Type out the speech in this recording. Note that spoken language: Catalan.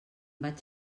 vaig